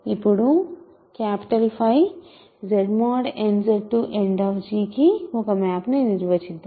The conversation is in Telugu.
ఇప్పుడు 𝚽 ZnZEnd కి ఒక మ్యాప్ ను నిర్వచిద్దాం